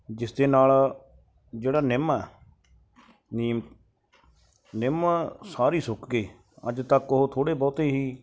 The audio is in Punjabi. ਜਿਸ ਦੇ ਨਾਲ ਜਿਹੜਾ ਨਿੰਮ ਆ ਨੀਮ ਨਿੰਮ ਸਾਰੀ ਸੁੱਕ ਗਈ ਅੱਜ ਤੱਕ ਉਹ ਥੋੜ੍ਹੇ ਬਹੁਤੇ ਹੀ